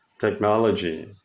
technology